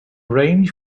range